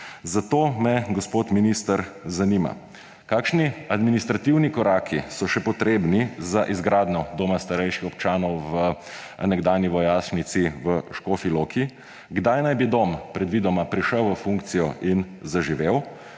Zato me, gospod minister, zanima: Kakšni administrativni koraki so še potrebni za izgradnjo doma starejših občanov v nekdanji vojašnici v Škofji Loki? Kdaj naj bi dom predvidoma prešel v funkcijo in zaživel?